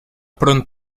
pronto